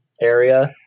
area